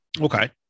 okay